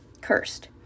Cursed